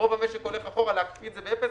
שרוב המשק הולך אחורה, להקפיא את זה באפס,